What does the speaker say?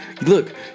Look